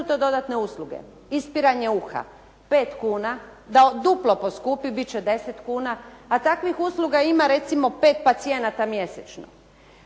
su to dodatne usluge? Ispiranje uha, pet kuna, da duplo poskupi biti će 10 kuna. A takvih usluga ima recimo 5 pacijenata mjesečno.